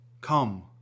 Come